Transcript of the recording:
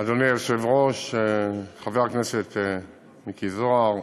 אדוני היושב-ראש, חבר הכנסת מיקי זוהר,